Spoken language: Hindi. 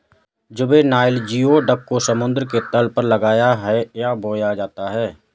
जुवेनाइल जियोडक को समुद्र के तल पर लगाया है या बोया जाता है